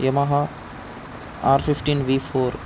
M R fifteen V four